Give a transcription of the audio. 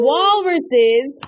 Walruses